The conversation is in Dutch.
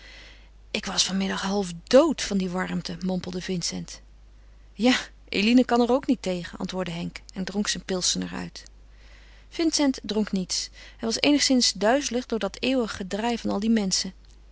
ik was van middag half dood van die warmte mompelde vincent ja eline kan er ook niet tegen antwoordde henk en dronk zijn pilsener uit vincent dronk niets hij was eenigszins duizelig door dat eeuwig gedraai van al die menschen